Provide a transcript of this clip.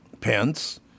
Pence